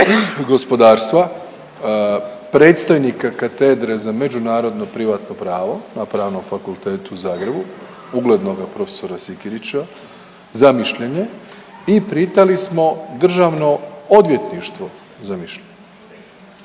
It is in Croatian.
gospodarstva, predstojnika Katedre za međunarodno privatno pravo na Pravnom fakultetu u Zagrebu uglednoga profesora Sikirića za mišljenje i pitali smo državno odvjetništvo za mišljenje